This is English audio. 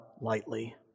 lightly